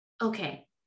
Okay